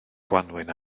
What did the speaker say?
gwanwyn